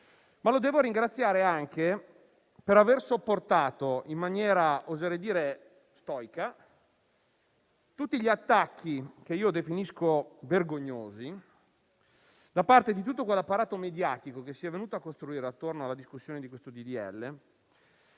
Lo devo ringraziare anche per aver sopportato in maniera oserei dire stoica gli attacchi, che io definisco vergognosi, da parte di tutto quell'apparato mediatico che si è venuto a costruire attorno alla discussione di questo